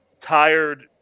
tired